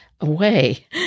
away